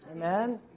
amen